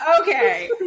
Okay